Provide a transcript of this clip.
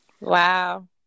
Wow